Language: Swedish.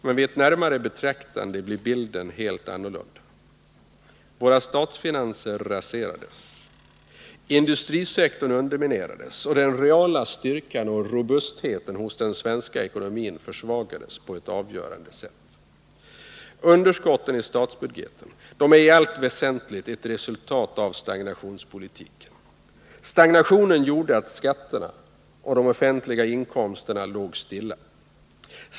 Men vid ett närmare betraktande blev bilden helt annorlunda: Våra statsfinanser raserades. Industrisektorn underminerades, och den reala styrkan och robustheten hos den svenska ekonomin försvagades på ett avgörande sätt. s Underskotten i statsbudgeten är i allt väsentligt ett resultat av stagnationspolitiken. Stagnationen gjorde att skatterna och de offentliga inkomsterna låg stilla.